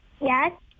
Yes